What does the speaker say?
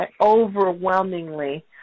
overwhelmingly